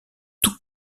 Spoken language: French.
tout